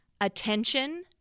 attention